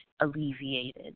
alleviated